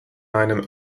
einem